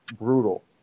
brutal